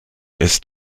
ist